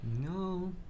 No